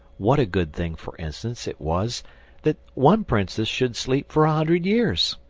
what a good thing, for instance, it was that one princess should sleep for a hundred years!